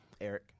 Eric